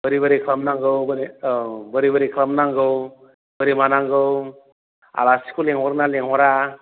बोरै बोरै खालामनांगौ औ बोरै बोरै खालामनांगौ बोरै मानांगौ आलासिखौ लिंहरो ना लिंहरा